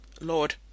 Lord